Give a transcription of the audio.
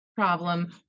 problem